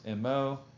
MO